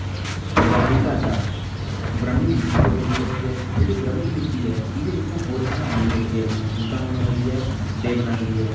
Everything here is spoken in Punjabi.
ਪੰਜਾਬੀ ਭਾਸ਼ਾ ਬ੍ਰਹਿਮੀ ਲਿਪੀ 'ਚੋਂ ਉਪਜੀ ਹੈਗੀ ਹੈ ਜਿਹੜੀ ਬ੍ਰਹਿਮੀ ਲਿਪੀ ਹੈ ਇਹਦੇ ਵਿੱਚੋਂ ਹੋਰ ਭਾਸ਼ਾਵਾਂ ਵੀ ਉਪਜੀਆਂ ਹੋਈਆਂ ਜਿੱਦਾਂ ਹੁਣ ਹੈਗੀ ਹੈ ਦੇਵਨਾਗਰੀ ਹੈ